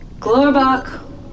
Glorbach